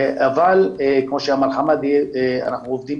אבל כמו שאמר חמאדה אנחנו עובדים